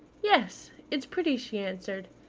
yes, it's pretty, she answered.